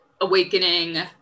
awakening